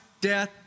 death